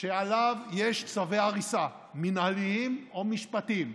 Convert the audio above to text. שעליו יש צווי הריסה מינהליים או משפטיים,